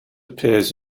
appears